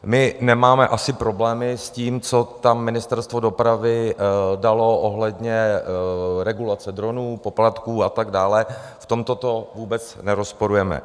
Nemáme asi problémy s tím, co tam Ministerstvo dopravy dalo ohledně regulace dronů, poplatků a tak dále, v tomto to vůbec nerozporujeme.